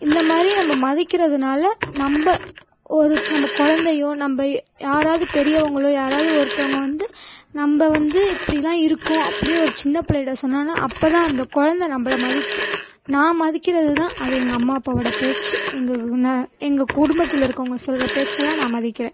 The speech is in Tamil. இந்த மாதிரி நம்ம மதிக்கிறதுனால நம்ம ஒரு நம்ம குழந்தையோ நம்ம யாராது பெரியவங்களோ யாராது ஒருத்தவங்க வந்து நம்ம வந்து இப்படிலாம் இருக்கோம் அப்படினு ஒரு சின்ன பிள்ளைகிட்ட சொன்னோனா அப்போது தான் அந்த குழந்தை நம்மள மதிக்கும் நான் மதிக்கிறதுனா அது எங்கள் அம்மா அப்பாவோடய பேச்சு எங்கள் நான் எங்கள் குடும்பத்தில் இருக்கிறவங்க சொல்லுகிற பேச்சைலாம் நான் மதிக்கிறேன்